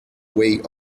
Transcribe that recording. way